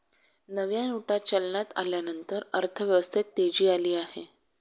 नव्या नोटा चलनात आल्यानंतर अर्थव्यवस्थेत तेजी आली आहे